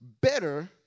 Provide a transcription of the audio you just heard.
better